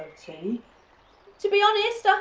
to to be honest,